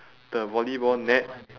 the volleyball net